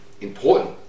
important